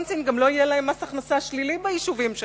אני מסיימת, אדוני.